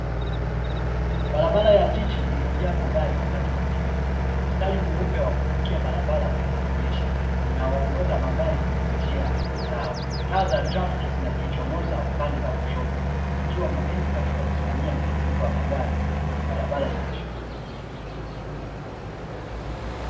Barabara ya jiji iliyojaa magari wakati wa jioni, mstari mweupe wa kuvukia barabara unajionyesha unaoongoza magari kwenye njia zao, taa za trafiki zinajichomoza upande wa kushoto zikiwa muhimu katika kusimamia mtiririko wa magari kwenye barabara zenye shughuli nyingi.